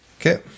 Okay